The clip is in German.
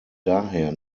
daher